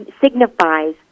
signifies